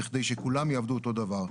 בכדי שכולם יעבדו אותו דבר.